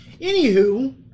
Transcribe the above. Anywho